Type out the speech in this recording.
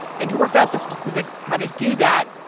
and to work out the specifics of how to do that,